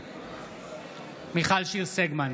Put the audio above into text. בעד מיכל שיר סגמן,